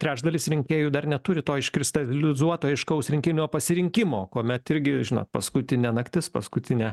trečdalis rinkėjų dar neturi to iškristalizuoto aiškaus rinkinio pasirinkimo kuomet irgi žinot paskutinė naktis paskutinė